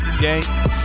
gang